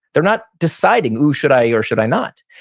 they're not deciding, oh, should i? or should i not?